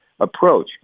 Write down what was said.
approach